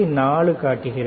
4 காட்டுகிறது